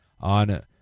on